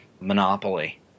monopoly